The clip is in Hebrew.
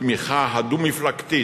בתמיכה הדו-מפלגתית,